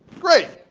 great.